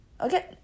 Okay